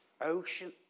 Ocean